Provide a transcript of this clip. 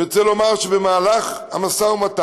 אני רוצה לומר שבמהלך המשא-ומתן